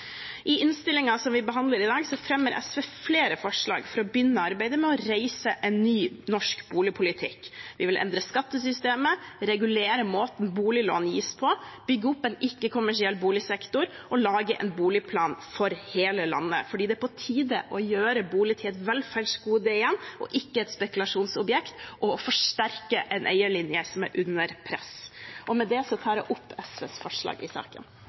I innstillingen som vi behandler i dag, fremmer SV flere forslag for å begynne arbeidet med å reise en ny norsk boligpolitikk. Vi vil endre skattesystemet, regulere måten boliglån gis på, bygge opp en ikke-kommersiell boligsektor og lage en boligplan for hele landet, for det er på tide å gjøre bolig til et velferdsgode igjen – og ikke et spekulasjonsobjekt – og å forsterke en eierlinje som er under press. Med det tar jeg opp SVs forslag i saken.